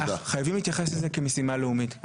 חייבים להתייחס לזה כמשימה לאומית.